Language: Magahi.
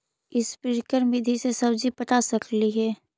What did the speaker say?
स्प्रिंकल विधि से सब्जी पटा सकली हे?